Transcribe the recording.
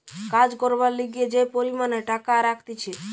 কাজ করবার লিগে যে পরিমাণে টাকা রাখতিছে